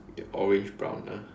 you get orange brown ah